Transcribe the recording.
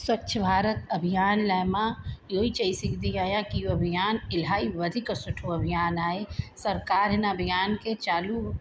स्वच्छ भारत अभियान लाइ मां इहेई चई सघंदी आहियां की अभियान इलाई वधीक सुठो अभियान आहे सरकार हिन अभियान खे चालू